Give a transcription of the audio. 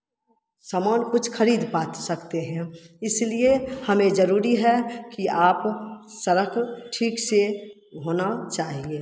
सामान कुछ खरीद पा सकते हैं इसलिए हमें जरूरी है कि आप सड़क ठीक से होना चाहिए